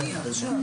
הישיבה ננעלה בשעה